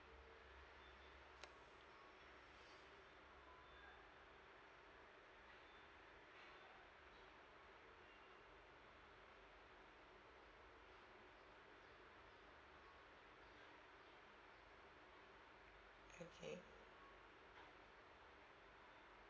okay